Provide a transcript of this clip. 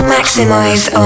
Maximize